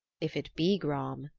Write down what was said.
if it be gram,